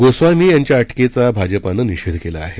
गोस्वामी यांच्या अटकेचा भाजपानं निषेध केला आहे